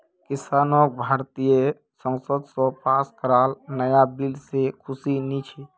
किसानक भारतीय संसद स पास कराल नाया बिल से खुशी नी छे